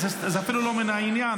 זה אפילו לא מן העניין.